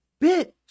Bitch